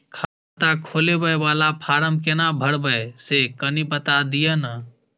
खाता खोलैबय वाला फारम केना भरबै से कनी बात दिय न?